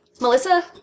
Melissa